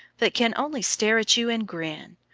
but can only stare at you and grin.